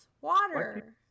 Water